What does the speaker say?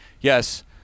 yes